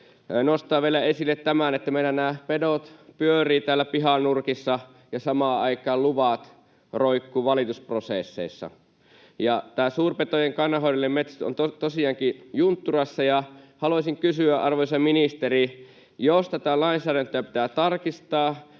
nostaa vielä esille tämän, että meillä nämä pedot pyörivät täällä pihanurkissa ja samaan aikaan luvat roikkuivat valitusprosesseissa. Tämä suurpetojen kannanhoidollinen metsästys on tosiaankin juntturassa, ja haluaisin kysyä, arvoisa ministeri: jos tätä lainsäädäntöä pitää tarkistaa,